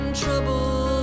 trouble